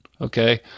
okay